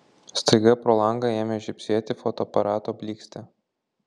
staiga pro langą ėmė žybsėti fotoaparato blykstė